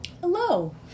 Hello